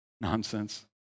nonsense